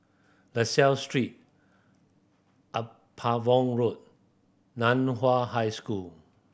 La Salle Street Upavon Road Nan Hua High School